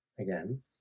Again